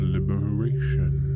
Liberation